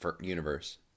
universe